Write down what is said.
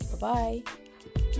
Bye-bye